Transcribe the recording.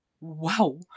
wow